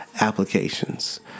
applications